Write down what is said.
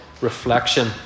reflection